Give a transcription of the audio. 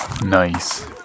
Nice